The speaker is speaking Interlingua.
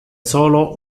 solo